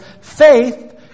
faith